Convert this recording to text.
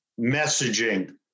messaging